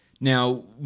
Now